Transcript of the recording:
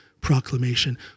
Proclamation